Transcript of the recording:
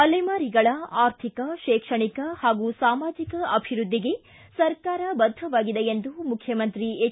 ಅಲೆಮಾರಿಗಳ ಆರ್ಥಿಕ ಶೈಕ್ಷಣಿಕ ಹಾಗೂ ಸಾಮಾಜಿಕ ಅಭಿವ್ಯದ್ಧಿಗೆ ಸರ್ಕಾರ ಬದ್ಧವಾಗಿದೆ ಎಂದು ಮುಖ್ಯಮಂತ್ರಿ ಹೆಚ್